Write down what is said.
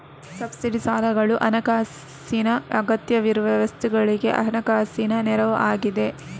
subsidy ಸಾಲಗಳು ಹಣಕಾಸಿನ ಅಗತ್ಯವಿರುವ ವಸ್ತುಗಳಿಗೆ ಹಣಕಾಸಿನ ನೆರವು ಆಗಿದೆ